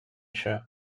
show